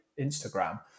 Instagram